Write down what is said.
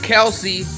Kelsey